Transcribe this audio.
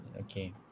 okay